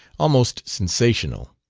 almost sensational.